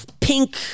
pink